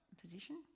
position